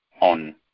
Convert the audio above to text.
on